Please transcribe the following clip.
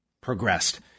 progressed